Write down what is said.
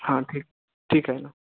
हां ठीक ठीक आहे ना